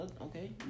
Okay